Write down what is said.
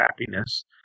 happiness